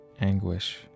anguish